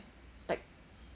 like